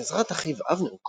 בעזרת אחיו אבנר קומרוב,